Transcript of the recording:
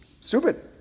stupid